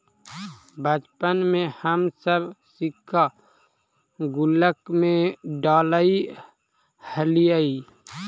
बचपन में हम सब सिक्का गुल्लक में डालऽ हलीअइ